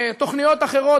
תוכניות אחרות,